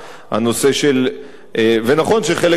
ונכון שחלק מהדברים,